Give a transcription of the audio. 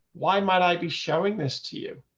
why might i be showing this to you.